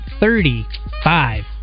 Thirty-five